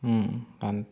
అంతే